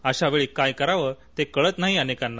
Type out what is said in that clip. अशा वेळी काय करावं ते कळत नाही अनेकांना